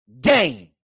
game